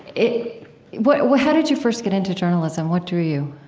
it what what how did you first get into journalism? what drew you?